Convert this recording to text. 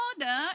order